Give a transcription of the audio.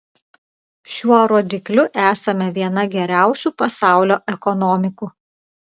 šiuo rodikliu esame viena geriausių pasaulio ekonomikų